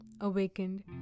awakened